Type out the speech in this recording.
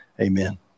Amen